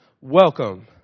welcome